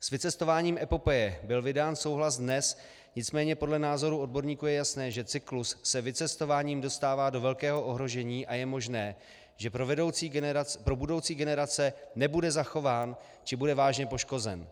S vycestováním epopeje byl vydán souhlas dnes, nicméně podle názoru odborníků je jasné, že cyklus se vycestováním dostává do velkého ohrožení a je možné, že pro budoucí generace nebude zachován či bude vážně poškozen.